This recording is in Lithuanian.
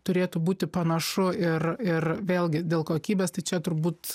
turėtų būti panašu ir ir vėlgi dėl kokybės tai čia turbūt